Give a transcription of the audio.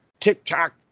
TikTok